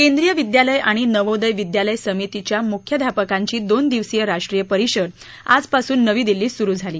केद्रीय विद्यालय आणि नवोदय विद्यालय समितीच्या मुख्याध्यापकांची दोन दिवसीय राष्ट्रीय परिषद आजपासून नवी दिल्लीत सुरु झाली